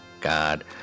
God